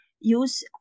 use